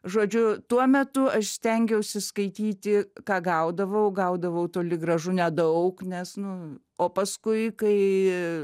žodžiu tuo metu aš stengiausi skaityti ką gaudavau gaudavau toli gražu nedaug nes nu o paskui kai